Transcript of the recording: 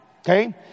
okay